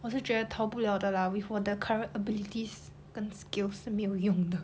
我是觉得逃不 liao 的 lah with 我的 current abilities 跟 skills 是没有用的